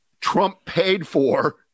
Trump-paid-for